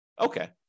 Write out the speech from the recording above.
Okay